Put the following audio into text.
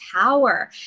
power